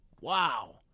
Wow